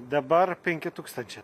dabar penki tūkstančiai